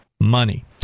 money